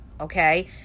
okay